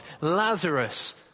Lazarus